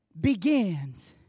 begins